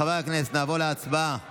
חברי הכנסת, נעבור להצבעה על